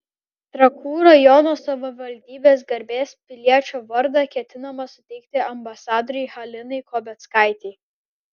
trakų rajono savivaldybės garbės piliečio vardą ketinama suteikti ambasadorei halinai kobeckaitei